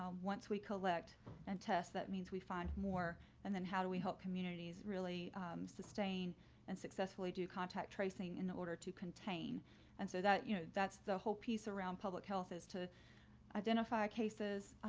um once we collect and test that means we find more and then how do we help communities really sustain and successfully do contact tracing in order to contain and so that you know, that's the whole piece around public health is to identify cases,